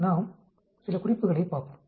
நாம் சில குறிப்புகளைப் பார்ப்போம்